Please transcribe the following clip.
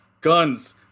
Guns